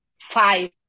five